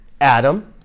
Adam